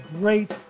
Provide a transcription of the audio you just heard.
great